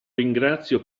ringrazio